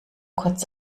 kurz